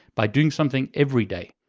by doing something every day.